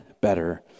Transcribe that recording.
better